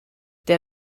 der